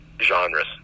genres